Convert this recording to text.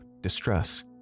distress